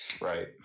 Right